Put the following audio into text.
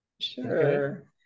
Sure